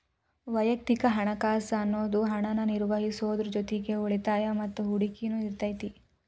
ವಯಕ್ತಿಕ ಹಣಕಾಸ್ ಅನ್ನುದು ಹಣನ ನಿರ್ವಹಿಸೋದ್ರ್ ಜೊತಿಗಿ ಉಳಿತಾಯ ಮತ್ತ ಹೂಡಕಿನು ಇರತೈತಿ